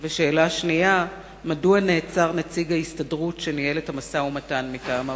2. מדוע נעצר נציג ההסתדרות שניהל את המשא-ומתן מטעם העובדים?